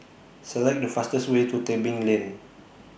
Select The fastest Way to Tebing Lane